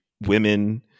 women